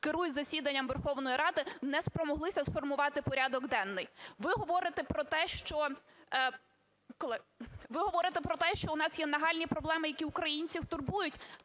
керують засідання Верховної Ради, не спромоглися сформувати порядок денний. Ви говорите про те, що у нас є нагальні проблеми, які українців турбують.